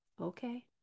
okay